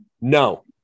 no